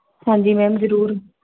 ਹਾਂਜੀ ਮੈਮ ਜ਼ਰੂਰ